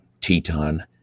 Teton